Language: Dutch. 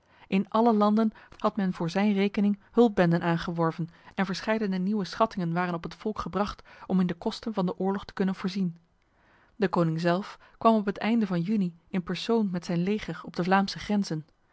in alle landen had men voor zijn rekening hulpbenden aangeworven en verscheidene nieuwe schattingen waren op het volk gebracht om in de kosten van de oorlog te kunnen voorzien de koning zelf kwam op het einde van juni in persoon met zijn leger op de vlaamse grenzen